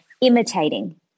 imitating